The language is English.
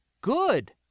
Good